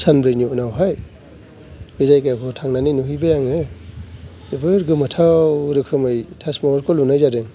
सानब्रैनि उनावहाय बे जायगाखौ थांनानै नुहैबाय आङो जोबोर गोमोथाव रोखोमै ताजमहलखौ लुनाय जादों